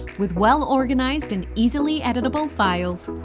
with well organised and easily editable files,